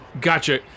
Gotcha